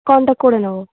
contact করে নেব